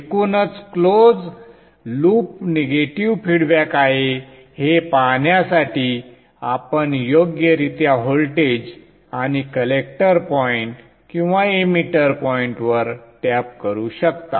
एकूणच close loop negative feedback आहे हे पाहण्यासाठी आपण योग्यरित्या व्होल्टेज आणि कलेक्टर पॉइंट किंवा एमिटर पॉइंटवर टॅप करू शकता